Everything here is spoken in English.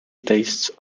tastes